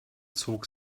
zog